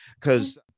because-